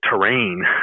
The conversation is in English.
terrain